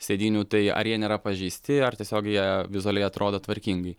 sėdynių tai ar jie nėra pažeisti ar tiesiog jie vizualiai atrodo tvarkingai